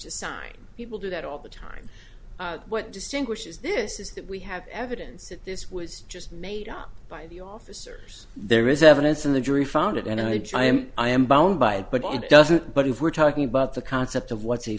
sign people do that all the time what distinguishes this is that we have evidence that this was just made by the officers there is evidence and the jury found it and i try and i am bound by it but it doesn't but if we're talking about the concept of what's a